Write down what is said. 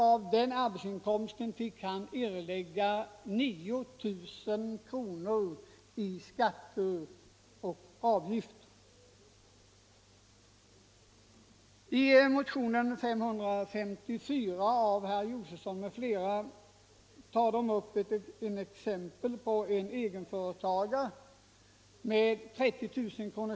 Av den inkomsten fick han erlägga 9 000 kr. i skatter och avgifter. I motionen 554 av herr Josefson m.fl. ges ett exempel på en egenföretagare med 30 000 kr.